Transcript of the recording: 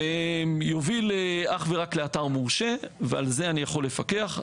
יוביל אך ורק לאתר מורשה ועל זה אני יכול לפקח.